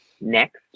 next